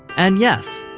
and yes,